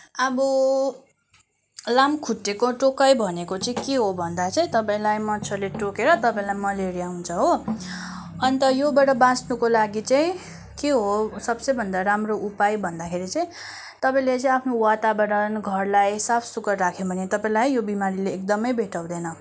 अब लामखुट्टेको टोकाइ भनेको चाहिँ के हो भन्दा चाहिँ तपाईँलाई मच्छडले टोकेर तपाईँलाई मलेरिया हुन्छ हो अन्त योबाट बाँच्नको लागि चाहिँ के हो सबसेभन्दा राम्रो उपाय भन्दाखेरि चाहिँ तपाईँले आफ्नो वातावरण तपाईँले चाहिँ आफ्नो वातावरण घरलाई साफ सुग्घर राख्यो भने तपाईँलाई यो बिमारीले एकदमै भेट्टाउँदैन